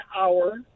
hour